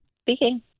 Speaking